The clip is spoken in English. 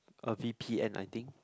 a v_p_n I think